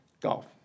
Golf